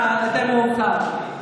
המאוחר.